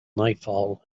nightfall